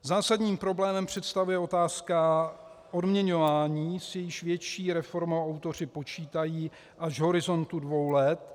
Zásadní problém představuje otázka odměňování, s jejíž větší reformou autoři počítají až v horizontu dvou let.